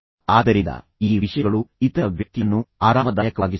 ಆದ್ದರಿಂದ ಈ ವಿಷಯಗಳು ಇತರ ವ್ಯಕ್ತಿಯನ್ನು ಆರಾಮದಾಯಕವಾಗಿಸುತ್ತದೆ